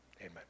Amen